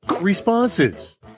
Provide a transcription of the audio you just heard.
responses